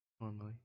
Normally